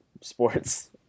sports